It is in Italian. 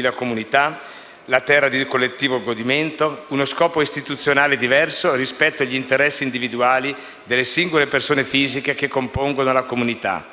la comunità, la terra di collettivo godimento, uno scopo istituzionale diverso rispetto agli interessi individuali delle singole persone fisiche che compongono la comunità.